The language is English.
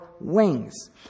wings